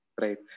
Right